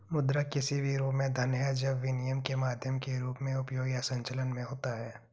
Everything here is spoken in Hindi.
मुद्रा किसी भी रूप में धन है जब विनिमय के माध्यम के रूप में उपयोग या संचलन में होता है